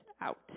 out